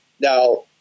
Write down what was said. Now